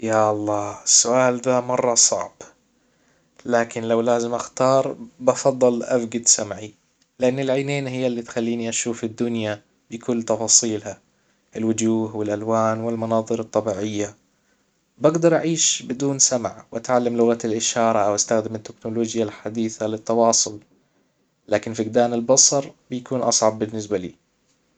يا الله السؤال ذا مرة صعب لكن لو لازم اختار بفضل افجد سمعي لان العينين هي اللي تخليني اشوف الدنيا بكل تفاصيلها الوجوه والالوان والمناظر الطبيعية بجدر اعيش بدون سمع واتعلم لغة الاشارة او استخدم التكنولوجيا الحديثة للتواصل لكن فجدان البصر بيكون اصعب بالنسبة لي